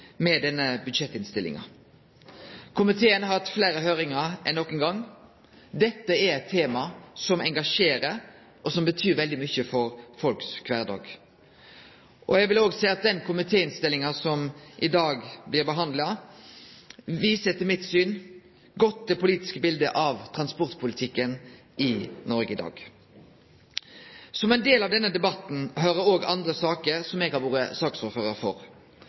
med omsyn til denne budsjettinnstillinga. Komiteen har hatt fleire høringar enn nokon gong. Dette er eit tema som engasjerer, og som betyr veldig mykje for folks kvardag. Eg vil òg seie at den komitéinnstillinga som i dag blir behandla, etter mitt syn viser godt det politiske biletet av transportpolitikken i Noreg i dag. Som ein del av denne debatten er òg nokre saker som eg er saksordførar for.